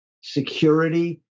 security